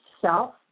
self